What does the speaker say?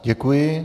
Děkuji.